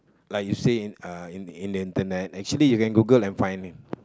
like you say in uh in the in the internet actually you can Google and find it